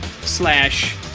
slash